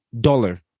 dollar